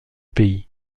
pays